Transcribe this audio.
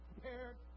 prepared